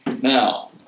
Now